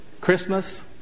Christmas